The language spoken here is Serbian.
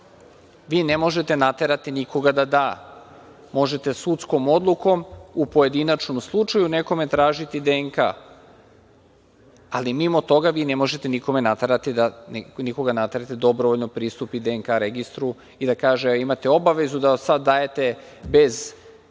Vi ne možete naterati nikoga da da. Možete sudskom odlukom u pojedinačnom slučaju nekome tražiti DNK, ali mimo toga vi ne možete nikoga naterati da dobrovoljno pristupi DNK registru i da kažete - imate obavezu da sad dajete bez toga